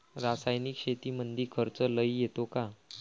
रासायनिक शेतीमंदी खर्च लई येतो का?